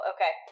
Okay